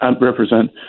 represent